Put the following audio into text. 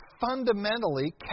fundamentally